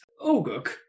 Oguk